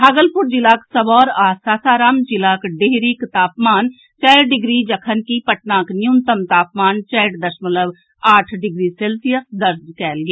भागलपुर जिलाक सबौर आ सासाराम जिलाक डिहरीक तापमान चारि डिग्री जखनकि पटनाक न्यूनतम तापमान चारि दशमलव आठ डिग्री सेल्सियस दर्ज कयल गेल